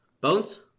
Bones